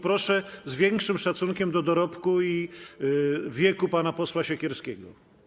Proszę odnosić się z większym szacunkiem do dorobku i wieku pana posła Siekierskiego.